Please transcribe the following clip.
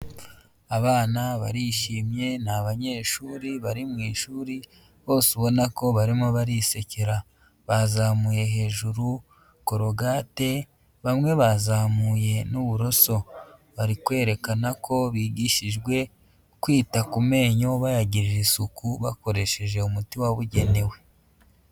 Abana barishimye n'abanyeshuri bari mu ishuri bose ubona ko barimo barisekera, bazamuye hejuru korogate bamwe bazamuye n'uburoso, bari kwerekana ko bigishijwe kwita ku menyo bayagirira isuku bakoresheje umuti wabugenewe.